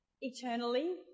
eternally